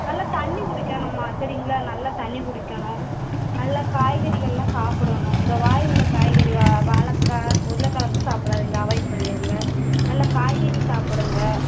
நல்லா தண்ணி குடிக்கணும்மா சரிங்களா நல்லா தண்ணி குடிக்கணும் நல்லா காய்கறிகள்லாம் சாப்பிடணும் அந்த வாய்வு உள்ள காய்கறி வாழைக்கா உருளக்கிழங்கு சாப்பிடாதிங்க அவாய்ட் பண்ணிடுங்க நல்லா காய்கறி சாப்பிடுங்க